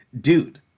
Dude